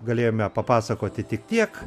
galėjome papasakoti tik tiek